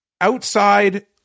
Outside